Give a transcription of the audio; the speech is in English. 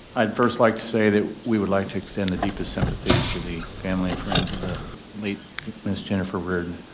i'd first like to say that we would like to extend the deepest sympathy to the family and friends of the late miss jennifer reardon.